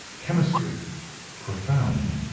chemistry profound.